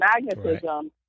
magnetism